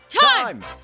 time